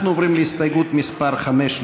אנחנו עוברים להסתייגות מס' 5,